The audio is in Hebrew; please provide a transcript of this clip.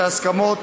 את ההסכמות.